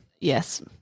Yes